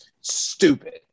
Stupid